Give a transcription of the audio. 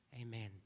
Amen